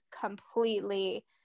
completely